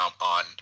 on